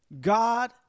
God